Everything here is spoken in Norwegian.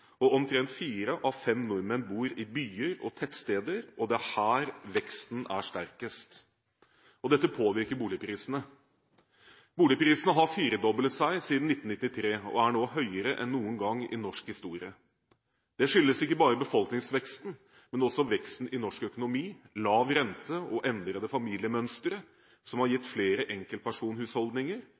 innbyggere. Omtrent fire av fem nordmenn bor i byer og tettsteder, og det er her veksten er sterkest. Dette påvirker boligprisene. Boligprisene har firedoblet seg siden 1993 og er nå høyere enn noen gang i norsk historie. Det skyldes ikke bare befolkningsveksten, men også veksten i norsk økonomi, lav rente og endrede familiemønstre, som har gitt flere